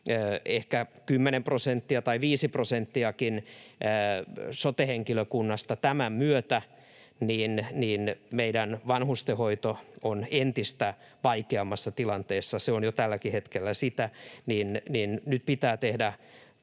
ehkä 10 prosenttia tai 5 prosenttiakin sote-henkilökunnasta tämän myötä, niin meidän vanhustenhoito on entistä vaikeammassa tilanteessa. Se on jo tälläkin hetkellä sitä. Nyt pitää tehdä